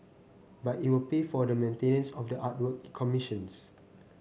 but it will pay for the maintenance of the artwork it commissions